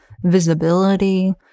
visibility